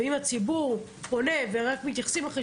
ואם הציבור פונה ורק מתייחסים אחרי